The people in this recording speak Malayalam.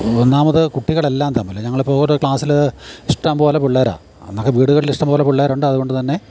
ഒന്നാമത് കുട്ടികളെല്ലാം തമ്മിൽ ഞങ്ങളിപ്പോൾ ഓരോ ക്ലാസ്സിൽ ഇഷ്ടം പോലെ പിള്ളേരാ അന്നൊക്കെ വീടുകളിലിഷ്ടം പോലെ പിള്ളേരുണ്ട് അതുകൊണ്ട് തന്നെ